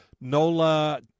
Nola